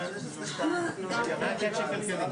הם לא יהיו האירוע והם יתקדמו אתנו לעבר ה-50 מיליון האלה.